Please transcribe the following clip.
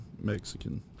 Mexican